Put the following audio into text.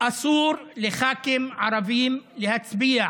אסור לח"כים ערבים להצביע